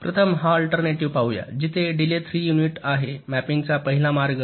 प्रथम हा अल्टरनेटीव्ह पाहूया जेथे डिलेय 3 युनिट आहे मॅपिंगचा पहिला मार्ग